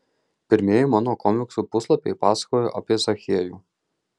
pirmieji mano komiksų puslapiai pasakojo apie zachiejų